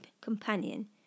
companion